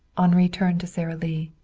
henri turned to sara lee.